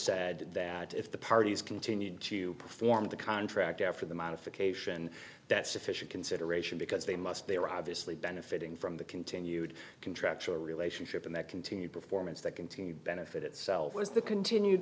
said that if the parties continued to perform the contract after the modification that sufficient consideration because they must they are obviously benefiting from the continued contractual relationship and that continued performance that continued benefit itself was the continued